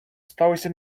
сталося